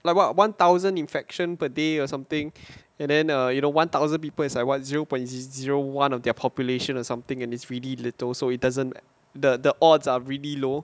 like what one thousand infection per day or something and then uh you know one thousand people is like what zero point zero one of their population or something and it's really little so it doesn't the odds are really low